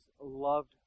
loved